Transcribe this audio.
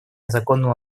незаконным